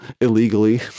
illegally